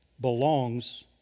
belongs